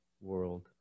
world